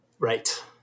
Right